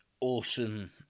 awesome